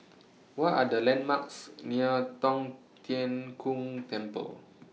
What Are The landmarks near Tong Tien Kung Temple